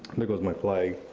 and goes my flag.